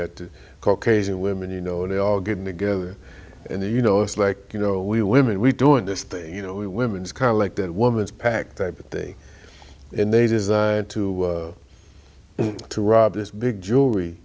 get caucasian women you know and they all get together and they you know it's like you know we women we doing this thing you know we women is kind of like that woman's pack type of thing and they designed to to rob this big jewelry